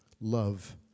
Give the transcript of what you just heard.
love